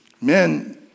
Men